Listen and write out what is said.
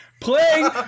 playing